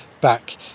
back